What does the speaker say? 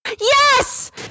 Yes